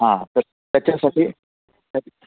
हां तर त्याच्यासाठी त